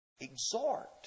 Exhort